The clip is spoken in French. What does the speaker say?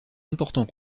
important